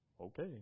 Okay